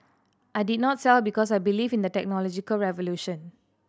I did not sell because I believe in the technological revolution